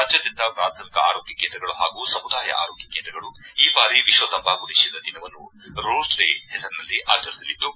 ರಾಜ್ಯಾದ್ವಂತ ಪ್ರಾಥಮಿಕ ಆರೋಗ್ವ ಕೇಂದ್ರಗಳು ಹಾಗೂ ಸಮುದಾಯ ಆರೋಗ್ವ ಕೇಂದ್ರಗಳು ಈ ಬಾರಿ ವಿಶ್ವ ತಂಬಾಕು ನಿಷೇಧ ದಿನವನ್ನು ರೋಸ್ ಡೇ ಹೆಸರಿನಲ್ಲಿ ಆಚರಿಸಲಿದ್ದು